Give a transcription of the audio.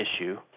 issue